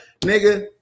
Nigga